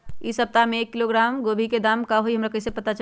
इ सप्ताह में एक किलोग्राम गोभी के दाम का हई हमरा कईसे पता चली?